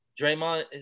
Draymond